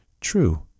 True